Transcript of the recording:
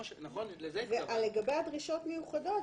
לגבי דרישות מיוחדות,